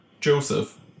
Joseph